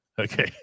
Okay